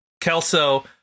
Kelso